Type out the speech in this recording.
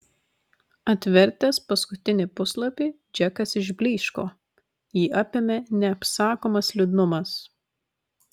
atvertęs paskutinį puslapį džekas išblyško jį apėmė neapsakomas liūdnumas